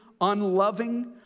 unloving